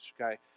okay